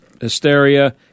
hysteria